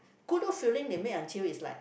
Goodwood filling they make until is like